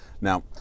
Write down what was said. Now